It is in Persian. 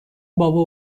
بابا